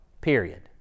period